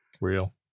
Real